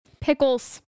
Pickles